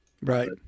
Right